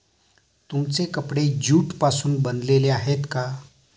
तुमचे कपडे ज्यूट पासून बनलेले आहेत का?